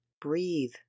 breathe